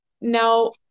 Now